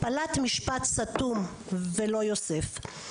פלט משפט סתום ולא יוסף.